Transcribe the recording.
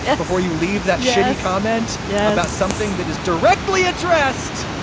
and before you leave that shitty comment yeah about something that is directly addressed.